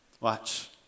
Watch